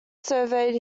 surveyed